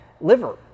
Liver